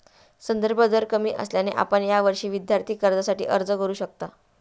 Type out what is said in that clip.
संदर्भ दर कमी असल्याने आपण यावर्षी विद्यार्थी कर्जासाठी अर्ज करू शकता